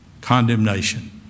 condemnation